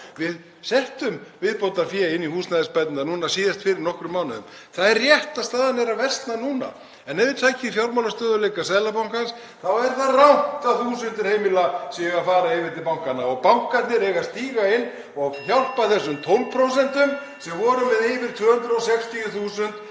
Við settum viðbótarfé inn í húsnæðisbæturnar núna síðast fyrir nokkrum mánuðum. Það er rétt að staðan er að versna núna en ef þið takið fjármálastöðugleika Seðlabankans þá er það rangt að þúsundir heimila séu að fara yfir til bankanna. Bankarnir eiga að stíga inn og hjálpa þessum (Forseti hringir.) 12% sem voru með yfir 260.000